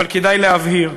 אבל כדאי להבהיר,